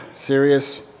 serious